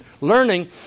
learning